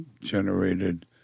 generated